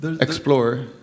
explore